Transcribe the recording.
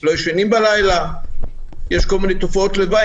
הם לא ישנים בלילה, יש כל מיני תופעות לוואי.